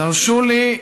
תרשו לי,